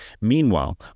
Meanwhile